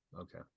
okay